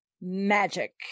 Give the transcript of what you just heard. magic